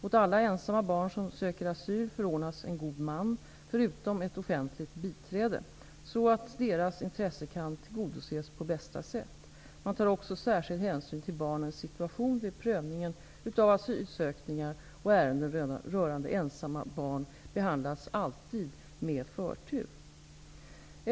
Åt alla ensamma barn som söker asyl förordnas en god man, förutom ett offentligt biträde, så att deras intresse kan tillgodoses på bästa sätt. Man tar också särskild hänsyn till barnens situation vid prövningen av asylansökningar, och ärenden rörande ensamma barn behandlas alltid med förtur.